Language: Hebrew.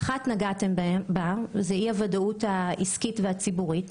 דיברתם על אי-ודאות עסקית וציבורית,